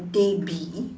they be